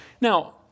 Now